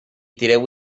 tireu